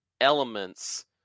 elements